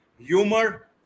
humor